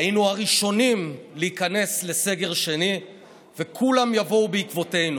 היינו הראשונים להיכנס לסגר שני וכולם יבואו בעקבותינו.